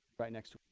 right next to